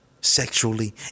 sexually